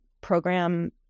Program